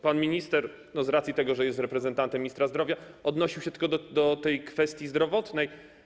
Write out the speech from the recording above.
Pan minister - z racji tego, że jest reprezentantem ministra zdrowia - odnosił się tylko do kwestii zdrowotnej.